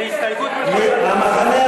אחמד טיבי,